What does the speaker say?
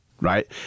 Right